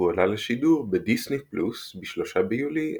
והוא עלה לשידור ב"דיסני+" ב-3 ביולי 2020.